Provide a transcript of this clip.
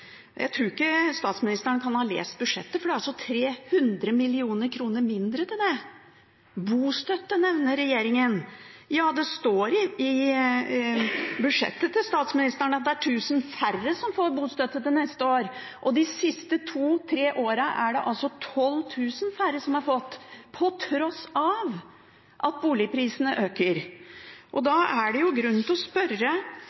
Jeg tror ikke statsministeren kan ha lest budsjettet, for det er altså 300 mill. kr mindre til det. Bostøtte nevner regjeringen. Ja, det står i budsjettet til statsministeren at det er 1 000 færre som får bostøtte til neste år, og de siste to–tre årene er det 12 000 færre som har fått, på tross av at boligprisene øker.